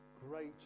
great